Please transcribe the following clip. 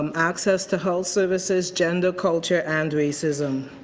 um access to health services, gender, culture and racism.